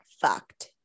fucked